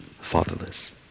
fatherless